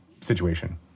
situation